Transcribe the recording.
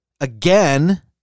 again